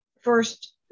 first